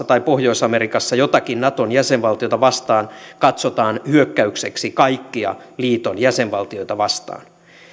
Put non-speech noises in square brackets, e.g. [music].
[unintelligible] tai pohjois amerikassa jotakin naton jäsenvaltiota vastaan katsotaan hyökkäykseksi kaikkia liiton jäsenvaltioita vastaan